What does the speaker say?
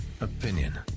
opinion